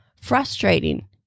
frustrating